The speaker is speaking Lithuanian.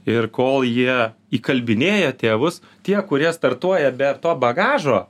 ir kol jie įkalbinėja tėvus tie kurie startuoja be to bagažo